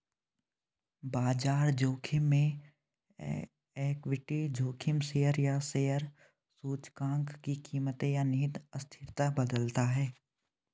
बाजार जोखिम में इक्विटी जोखिम शेयर या शेयर सूचकांक की कीमतें या निहित अस्थिरता बदलता है